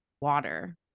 water